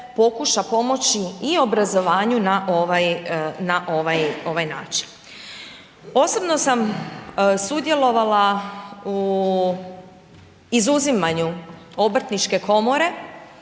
pokuša pomoći i obrazovanju na ovaj način. Osobno sam sudjelovala u izuzimanju Obrtničke komore